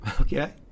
okay